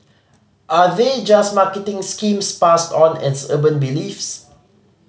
are they just marketing schemes passed on as urban beliefs